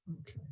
okay